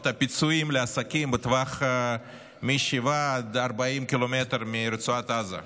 הפיצויים לעסקים בטווח 7 עד 40 קילומטר מרצועת עזה,